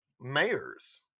mayors